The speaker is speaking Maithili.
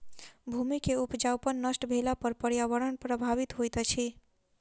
भूमि के उपजाऊपन नष्ट भेला पर पर्यावरण प्रभावित होइत अछि